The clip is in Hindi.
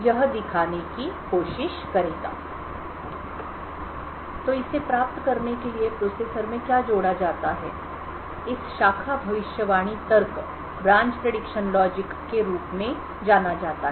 यह दिखाने की कोशिश करेगा तो इसे प्राप्त करने के लिए प्रोसेसर में क्या जोड़ा जाता है इसे शाखा भविष्यवाणी तर्कब्रांच प्रिडिक्शन लॉजिक के रूप में जाना जाता है